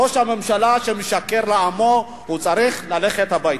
ראש הממשלה, שמשקר לעמו, צריך ללכת הביתה.